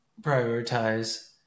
prioritize